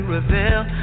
Reveal